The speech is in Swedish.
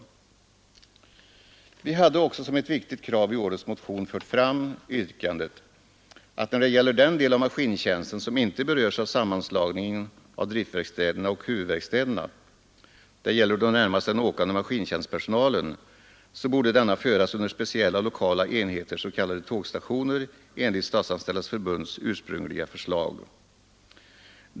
Vi hade också som ett viktigt krav i årets motion fört fram yrkandet att den del av maskintjänsten som inte berörs av sammanslagningen av driftverk städerna och huvudverkstäderna — det gäller närmast den åkande maskintjänstpersonalen — borde föras under speciella lokala enheter, s. k tågstationer, enligt Statsanställdas förbunds ursprungliga förslag.